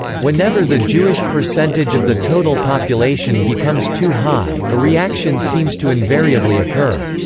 whenever the jewish percentage of the total population becomes too high, a reaction seems to invariably occur.